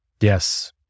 Yes